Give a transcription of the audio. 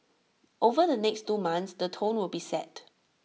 over the next two months the tone will be set